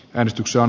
menestyksen